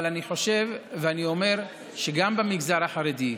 אבל אני חושב ואני אומר שגם במגזר החרדי,